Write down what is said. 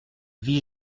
vie